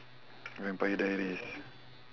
vampire dairies